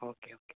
okay okay